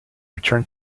return